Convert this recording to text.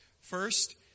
First